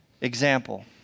example